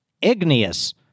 Igneous